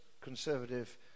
Conservative